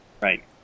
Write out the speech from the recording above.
Right